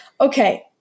Okay